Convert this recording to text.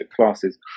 classes